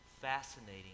fascinating